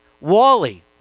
Wally